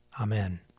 Amen